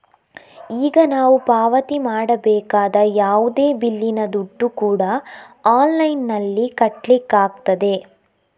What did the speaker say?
ಈಗ ನಾವು ಪಾವತಿ ಮಾಡಬೇಕಾದ ಯಾವುದೇ ಬಿಲ್ಲಿನ ದುಡ್ಡು ಕೂಡಾ ಆನ್ಲೈನಿನಲ್ಲಿ ಕಟ್ಲಿಕ್ಕಾಗ್ತದೆ